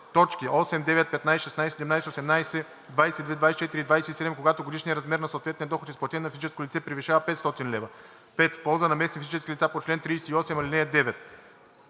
точки 8, 9, 15, 16, 17, 18, 22, 24 и 27, когато годишният размер на съответния доход, изплатен на физическо лице, превишава 500 лв.; 5. в полза на местни физически лица по чл. 38, ал. 9.“